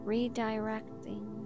Redirecting